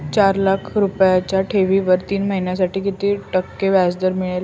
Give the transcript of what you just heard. चार लाख रुपयांच्या ठेवीवर तीन महिन्यांसाठी किती टक्के व्याजदर मिळेल?